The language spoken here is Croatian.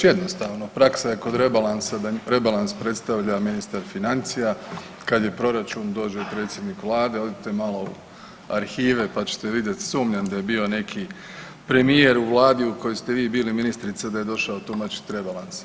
Jednostavno, praksa je kod rebalansa da rebalans predstavlja ministar financija, kad je proračun dođe predsjednik vlade, odite malo u arhive pa ćete vidjet, sumnjam da je bio neki premijer u vladi u kojoj ste vi bili ministrica da je došao tumačit rebalans.